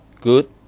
Good